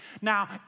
Now